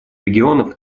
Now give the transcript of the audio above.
регионов